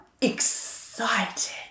excited